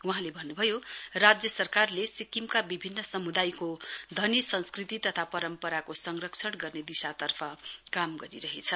वहाँले भन्नुभयो राज्य सरकारले सिक्किमका विभिन्न समुदायको धनी संस्कृति तथा परम्पारको संरक्षण गर्ने दिशातर्फ काम गरिरहेछ